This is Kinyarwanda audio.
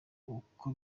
uko